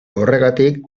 horregatik